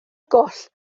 goll